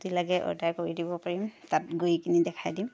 যদি লাগে অৰ্ডাৰ কৰি দিব পাৰিম তাত গৈকেনে দেখাই দিম